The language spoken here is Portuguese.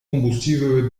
combustível